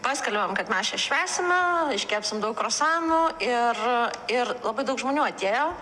paskelbiam kad mes čia švęsime iškepsim daug kruasanų ir labai daug žmonių atėjo